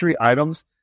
items